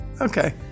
Okay